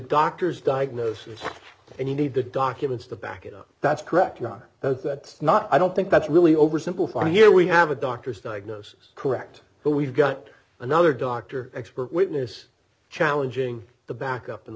doctor's diagnosis and you need the documents to back it up that's correct not that not i don't think that's really oversimple from here we have a doctor's diagnosis correct but we've got another doctor expert witness challenging the backup